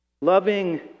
Loving